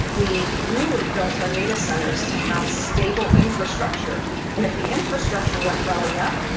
we really built our data centers to have stable infrastructure. and if the infrastructure went belly up,